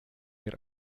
der